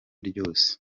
ryose